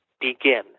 begin